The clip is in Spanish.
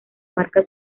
marca